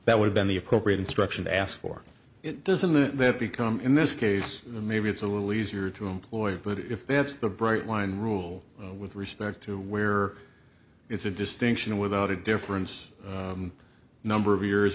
that would be the appropriate instruction to ask for it doesn't that become in this case maybe it's a little easier to employ but if that's the bright line rule with respect to where it's a distinction without a difference number of years